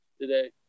today